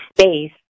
space